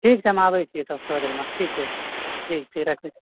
ठीक छै हम आबैत छियै तब थोड़ा देरमे ठीक छै ठीक छै रखैत छी